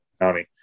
County